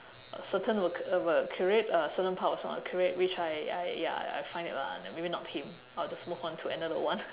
a certain work of uh curate certain part also I wanna curate which I I ya I find it lah like maybe not him I'll just move on to another one